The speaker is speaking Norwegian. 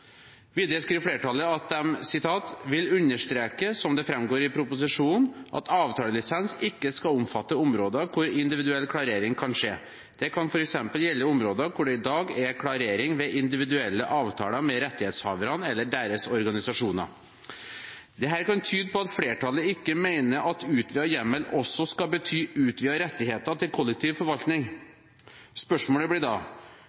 Videre skriver flertallet: «Flertallet vil understreke, som det fremgår i proposisjonen, at avtalelisens ikke skal omfatte områder hvor individuell klarering kan skje. Det kan for eksempel gjelde områder hvor det i dag er klarering ved individuelle avtaler med rettighetshaverne eller deres organisasjoner.» Dette kan tyde på at flertallet ikke mener at utvidet hjemmel også skal bety utvidede rettigheter til kollektiv forvaltning. Spørsmålet blir da: